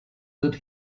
that